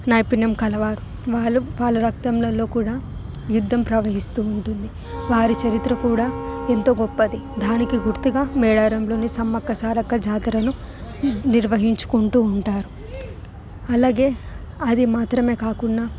నైపుణ్యం కలవారు వాళ్ళు వాళ్ళ రక్తంలలో కూడా యుద్ధం ప్రవహిస్తూ ఉంటుంది వారి చరిత్ర కూడా ఎంతో గొప్పది దానికి గుర్తుగా మేడారంలోని సమ్మక్క సారక్క జాతరలు నిర్వహించుకుంటూ ఉంటారు అలాగే అది మాత్రమే కాకుండా